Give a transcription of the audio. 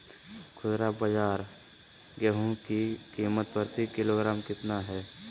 खुदरा बाजार गेंहू की कीमत प्रति किलोग्राम कितना है?